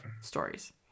stories